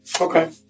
Okay